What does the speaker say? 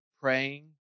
praying